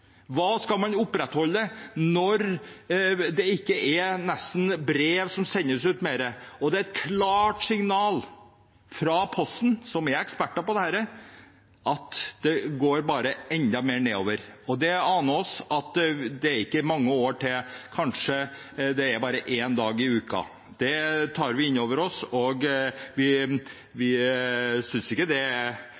når det nesten ikke sendes ut brev mer? Det er et klart signal fra Posten, som er eksperter på dette, om at det går bare enda mer nedover, og det aner oss at det kanskje ikke er mange år til det er postombæring bare én dag i uka. Det tar vi inn over oss. Vi synes ikke det er veldig bra, men sånn er nå situasjonen, og